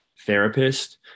therapist